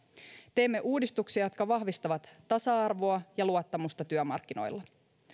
teemme uudistuksia jotka vahvistavat tasa arvoa ja luottamusta työmarkkinoilla